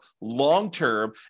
long-term